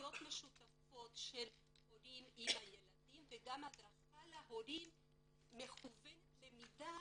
חוויות משותפות של הורים עם הילדים וגם הדרכה מכוונת למידה